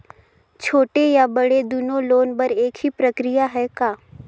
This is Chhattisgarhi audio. छोटे या बड़े दुनो लोन बर एक ही प्रक्रिया है का?